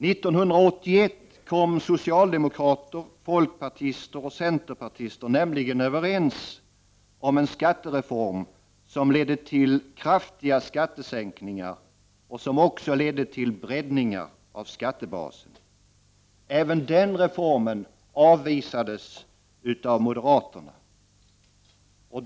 1981 kom socialdemokrater, folkpartister och centerpartister nämligen överens om en skattereform som ledde till kraftiga skattesänkningar och breddningar av skattebasen. Även denna reform avvisades av moderaterna.